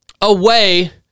away